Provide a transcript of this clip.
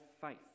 faith